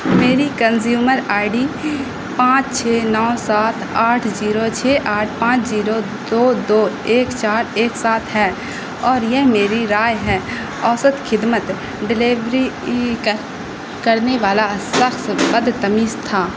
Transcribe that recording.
میری consumer I D پانچ چھ نو سات آٹھ جیرو چھ آٹھ پانچ جیرو دو دو ایک چار ایک سات ہے اور یہ میری رائے ہے اوسط خدمت ڈیلیوری کرنے والا شخص بدتمیز تھا